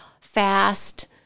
fast